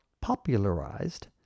popularized